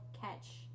catch